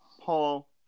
Paul